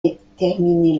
déterminer